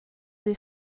des